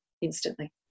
instantly